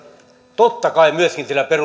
totta kai myöskin sillä